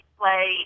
play